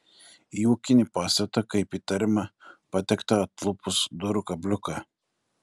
į ūkinį pastatą kaip įtariama patekta atlupus durų kabliuką